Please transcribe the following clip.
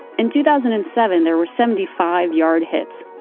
in two thousand and seven, there were seventy five yard hits.